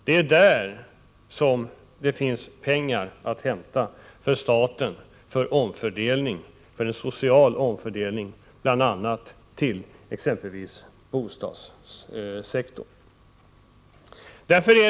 Det är där som staten har pengar att hämta för en social omfördelning, bl.a. till bostadssektorn.